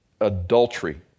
adultery